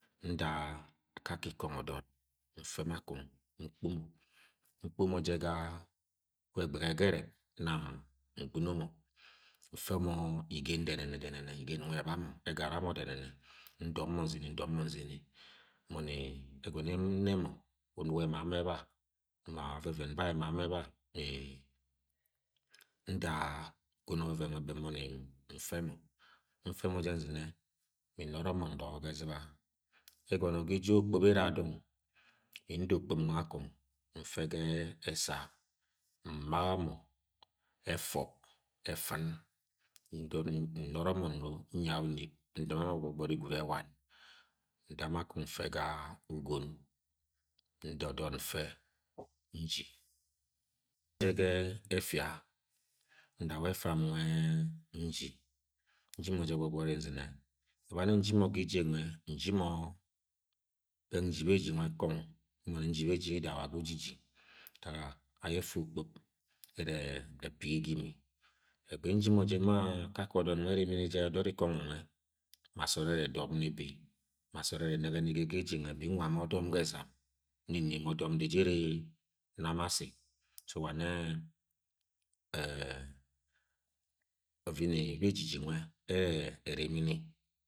N-nda akakẹ iko̱ngo o̱do̱d mfe mo akeng nkpo mo nkpo mo̱ je ga-a ulẹ egbege gerek nam mi-ngbtno mo mfẹ mo igen denedene ne ebam egara mo̱ denene ndo̱p mo̱ nzene ndop mo nzene mboni ego̱no̱ n-ne mo unuk ema mo eba ma oveven ba ema mọ eba mi- nda-a nkono oven nule be mboni mfemo mfemo je nzine mi-noro mo ndogo ga ezɨ̃ba egọnọ ga eje ye okpup a ere ga dong mi-nda okpuk nwe akang nfe ga esa mbaga mọ efo̱b efɨ̃n ndono-noro mo no nyai unip ndɨ̃ma mo gbọgbori gwud ewan nda mo akung mfe ga-a ugon nda ọdod mfe nji mfe ga efia nda ule nwe ji nji je gbọgbori ezinẹ ebani nji no ga eje nwe nji mo- beng nji beji nwe kong mboni nji beji yida wa ga ujiji ntak ga aye ẹfa okpup ere epigi ga ẽmi egbe nji mo je nua-nua akake odod nwe erimini jẹ odọd-ri-ikongọ nwe ma so od ene edop ni bi ma so-od ere ẹne̱ge ga ege ede nwe, nwa ma ọdom ga ezane m-ni neme odom dejere nam asi-so, wane-e-e, ovimi bejiji nwe-e. e. e erimi ni.